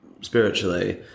spiritually